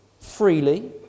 freely